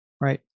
right